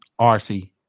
RC